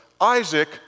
Isaac